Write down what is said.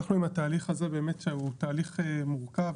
אנחנו עם התהליך הזה, באמת שהוא תהליך מורכב.